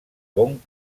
bon